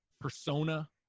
persona